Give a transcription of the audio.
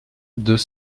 deux